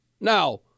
Now